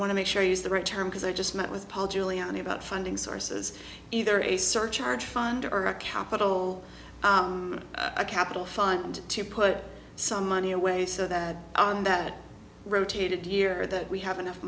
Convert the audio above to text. want to make sure you use the right term because i just met with paul giuliani about funding sources either a surcharge fund or a capital a capital fund to put some money away so that on that rotated year that we have enough